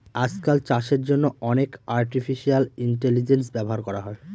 আজকাল চাষের জন্য অনেক আর্টিফিশিয়াল ইন্টেলিজেন্স ব্যবহার করা হয়